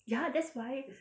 ya that's why